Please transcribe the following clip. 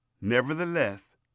Nevertheless